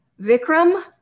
Vikram